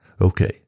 Okay